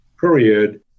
period